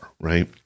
right